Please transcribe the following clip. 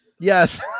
Yes